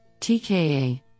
TKA